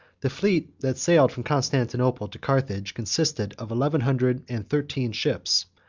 the fleet that sailed from constantinople to carthage, consisted of eleven hundred and thirteen ships,